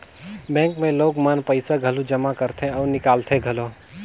bank मे लोग मन पइसा घलो जमा करथे अउ निकालथें घलो